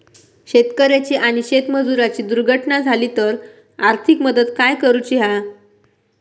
शेतकऱ्याची आणि शेतमजुराची दुर्घटना झाली तर आर्थिक मदत काय करूची हा?